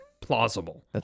plausible